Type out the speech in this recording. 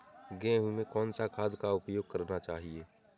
गेहूँ में कौन सा खाद का उपयोग करना चाहिए?